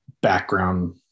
background